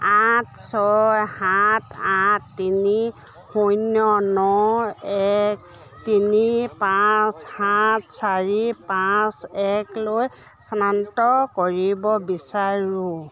আঠ ছয় সাত আঠ তিনি শূন্য ন এক তিনি পাঁচ সাত চাৰি পাঁচ একলৈ স্থানান্তৰ কৰিব বিচাৰোঁ